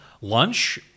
lunch